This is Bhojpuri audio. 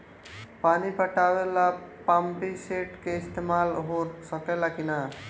पानी पटावे ल पामपी सेट के ईसतमाल हो सकेला कि ना?